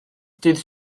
dydd